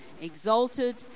exalted